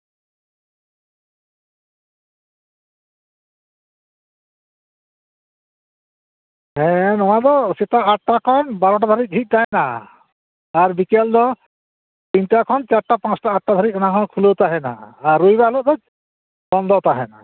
ᱦᱮᱸ ᱱᱚᱣᱟ ᱫᱚ ᱥᱮᱛᱟᱜ ᱟᱴᱴᱟ ᱠᱷᱚᱱ ᱵᱟᱨᱚᱴᱟ ᱫᱷᱟᱵᱤᱡ ᱡᱷᱤᱡ ᱛᱟᱦᱮᱸᱱᱟ ᱟᱨ ᱵᱤᱠᱮᱞ ᱫᱚ ᱛᱤᱱᱴᱟ ᱠᱷᱚᱱ ᱪᱟᱴᱴᱟ ᱯᱟᱸᱪᱴᱟ ᱟᱴᱴᱟ ᱫᱷᱟᱵᱤᱡ ᱚᱱ ᱦᱚᱸ ᱠᱷᱩᱞᱟᱹᱣ ᱛᱟᱦᱮᱸᱱᱟ ᱟᱨ ᱨᱚᱵᱤ ᱵᱟᱨ ᱦᱤᱞᱳᱜ ᱫᱚ ᱵᱚᱱᱫᱚ ᱛᱟᱦᱮᱸᱱᱟ